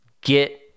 get